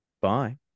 Bye